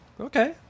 Okay